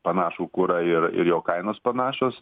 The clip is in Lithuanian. panašų kur ir ir jo kainos panašios